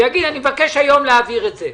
ויגידו: אני מבקש היום להעביר את זה.